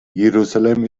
jerusalem